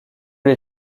les